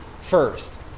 first